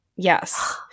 Yes